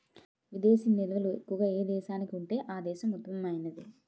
విదేశీ నిల్వలు ఎక్కువగా ఏ దేశానికి ఉంటే ఆ దేశం ఉత్తమమైనది